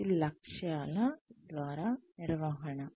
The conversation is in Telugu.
అది లక్ష్యాల ద్వారా నిర్వహణ